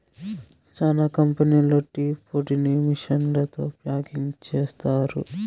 చానా కంపెనీలు టీ పొడిని మిషన్లతో ప్యాకింగ్ చేస్తారు